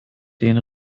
den